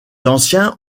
anciens